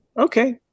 okay